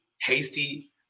Hasty –